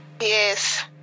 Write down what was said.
Yes